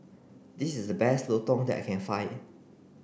this is the best Lontong that I can find